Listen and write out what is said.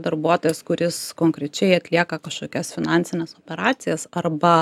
darbuotojas kuris konkrečiai atlieka kažkokias finansines operacijas arba